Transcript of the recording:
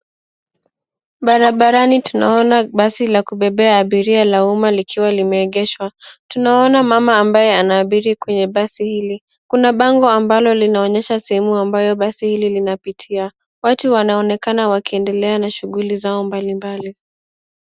Barabarani tunaona basi la kubebea abiria la umma likiwa limeegeshwa. Tunaona mama ambaye anaabiri kwenye basi hili. Kuna bango ambalo linaonyesha sehemu ambayo basi hili linapitia. Watu wanaonekana wakiendelea na shughuli zao mbalimbali.